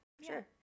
Sure